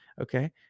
Okay